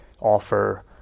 offer